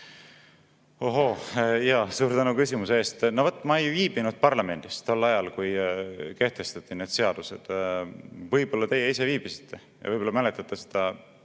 Ohoo, suur tänu küsimuse eest! No vot, ma ei viibinud parlamendis tol ajal, kui kehtestati need seadused. Võib-olla te ise viibisite, võib-olla mäletate seda